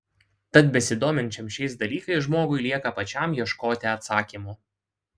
tad besidominčiam šiais dalykais žmogui lieka pačiam ieškoti atsakymų